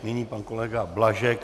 Nyní pan kolega Blažek.